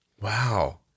wow